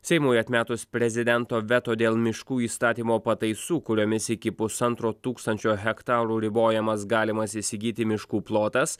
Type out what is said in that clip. seimui atmetus prezidento veto dėl miškų įstatymo pataisų kuriomis iki pusantro tūkstančio hektarų ribojamas galimas įsigyti miškų plotas